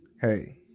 hey